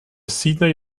sydney